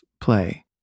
play